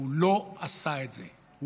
והוא לא עשה את זה.